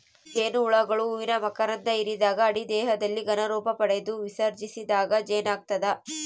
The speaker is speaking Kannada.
ಜೇನುಹುಳುಗಳು ಹೂವಿನ ಮಕರಂಧ ಹಿರಿದಾಗ ಅಡಿ ದೇಹದಲ್ಲಿ ಘನ ರೂಪಪಡೆದು ವಿಸರ್ಜಿಸಿದಾಗ ಜೇನಾಗ್ತದ